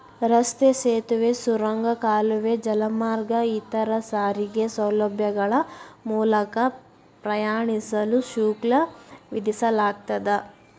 ರಸ್ತೆ ಸೇತುವೆ ಸುರಂಗ ಕಾಲುವೆ ಜಲಮಾರ್ಗ ಇತರ ಸಾರಿಗೆ ಸೌಲಭ್ಯಗಳ ಮೂಲಕ ಪ್ರಯಾಣಿಸಲು ಶುಲ್ಕ ವಿಧಿಸಲಾಗ್ತದ